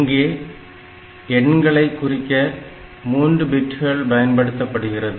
இங்கே எண்களை குறிக்க மூன்று பிட்கள் பயன்படுத்தப்படுகிறது